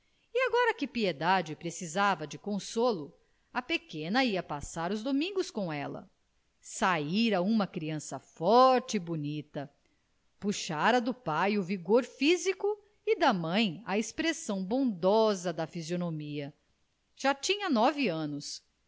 e agora que piedade precisava de consolo a pequena ia passar os domingos com ela saíra uma criança forte e bonita puxara do pai o vigor físico e da mãe a expressão bondosa da fisionomia já tinha nove anos